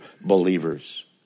believers